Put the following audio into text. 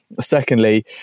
Secondly